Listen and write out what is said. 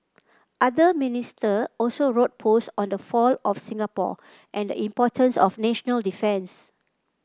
other Minister also wrote post on the fall of Singapore and the importance of national defence